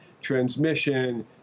transmission